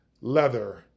leather